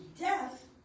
death